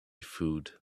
food